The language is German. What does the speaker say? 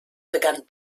begann